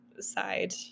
side